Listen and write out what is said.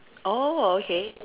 oh okay